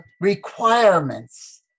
requirements